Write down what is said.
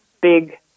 big